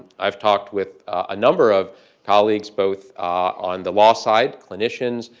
i've talked with a number of colleagues, both on the law side, clinicians,